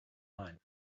night